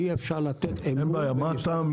אי אפשר לתת אמון במשרד המשפטים.